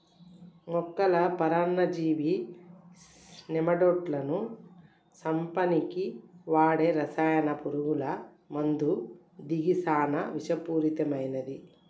మొక్కల పరాన్నజీవి నెమటోడ్లను సంపనీకి వాడే రసాయన పురుగుల మందు గిది సానా విషపూరితమైనవి